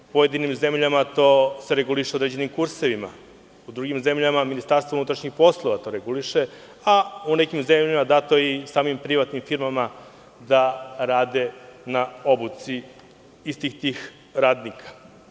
U pojedinim zemljama to se reguliše određenim kursevima, u drugim zemljama to reguliše MUP, a u nekim zemljama dato je samim privatnim firmama da rade na obuci istih tih radnika.